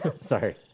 Sorry